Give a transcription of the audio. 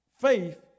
faith